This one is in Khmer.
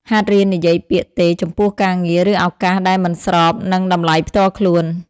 ហាត់រៀននិយាយពាក្យ "ទេ" ចំពោះការងារ ឬឱកាសដែលមិនស្របនឹងតម្លៃផ្ទាល់ខ្លួន។